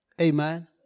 Amen